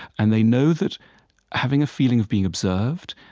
and they know that having a feeling of being observed,